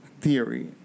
theory